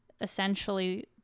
essentially